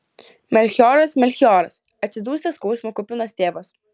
melchioras melchioras atsidūsta skausmo kupinas tėvas